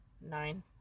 nine